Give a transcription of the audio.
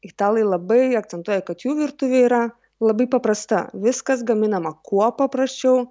italai labai akcentuoja kad jų virtuvė yra labai paprasta viskas gaminama kuo paprasčiau